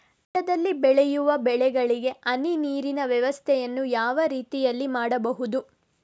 ತೋಟದಲ್ಲಿ ಬೆಳೆಯುವ ಬೆಳೆಗಳಿಗೆ ಹನಿ ನೀರಿನ ವ್ಯವಸ್ಥೆಯನ್ನು ಯಾವ ರೀತಿಯಲ್ಲಿ ಮಾಡ್ಬಹುದು?